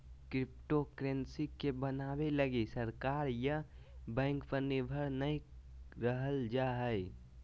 cryptocurrency के बनाबे लगी सरकार या बैंक पर निर्भर नय रहल जा हइ